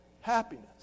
happiness